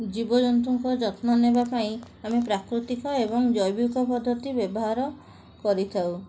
ଜୀବଜନ୍ତୁଙ୍କ ଯତ୍ନ ନେବା ପାଇଁ ଆମେ ପ୍ରାକୃତିକ ଏବଂ ଜୈବିକ ପଦ୍ଧତି ବ୍ୟବହାର କରିଥାଉ